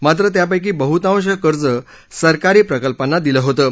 मात्र त्यापैकी बहुतांश कर्ज सरकारी प्रकल्पांना दिलं होतं